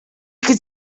could